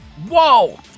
Whoa